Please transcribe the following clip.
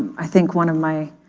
i think one of my